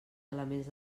elements